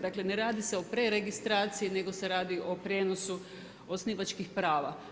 Dakle, ne radi se o preregistraciji, nego se radi o prijenosu osnivačkih prava.